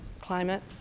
climate